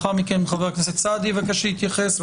לאחר מכן חבר הכנסת סעדי מבקש להתייחס,